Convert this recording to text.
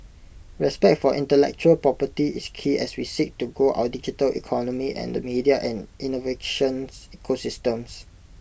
respect for intellectual property is key as we seek to grow our digital economy and the media and innovations ecosystems